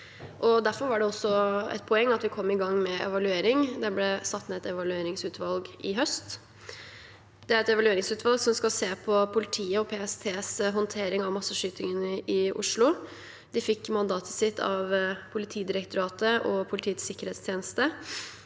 Derfor var det også et poeng at vi kom i gang med evaluering; det ble satt ned et evalueringsutvalg i høst. Det er et evalueringsutvalg som skal se på politiets og PSTs håndtering av masseskytingen i Oslo. De fikk sitt mandat av Politidirektoratet og Politiets sikkerhetstjeneste,